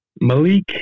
Malik